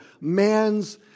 man's